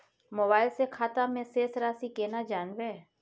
Mobile से खाता में शेस राशि केना जानबे?